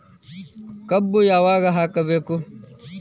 ಕಬ್ಬು ಯಾವಾಗ ಹಾಕಬೇಕು?